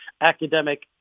academic